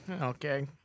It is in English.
Okay